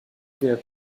avaient